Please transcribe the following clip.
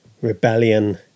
rebellion